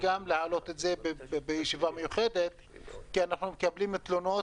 להעלות את זה בישיבה מיוחדת כי אנחנו מקבלים תלונות